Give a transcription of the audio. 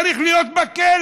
צריך להיות בכלא.